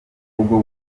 ubwo